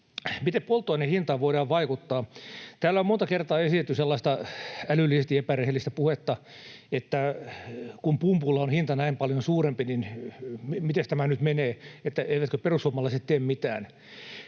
Miten polttoaineen hintaan voidaan vaikuttaa? Täällä on monta kertaa esitetty sellaista älyllisesti epärehellistä puhetta, että kun pumpulla on hinta näin paljon suurempi, niin mites tämä nyt menee, eivätkö perussuomalaiset tee mitään.